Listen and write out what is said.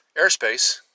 airspace